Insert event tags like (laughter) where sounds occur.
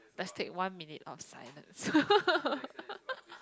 let's take one minute of silence (laughs)